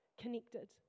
connected